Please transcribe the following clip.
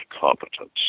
competence